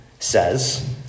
Says